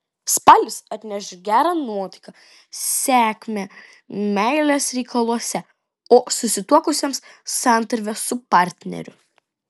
spalis atneš gerą nuotaiką sėkmę meilės reikaluose o susituokusiems santarvę su partneriu